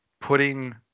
putting